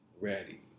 ready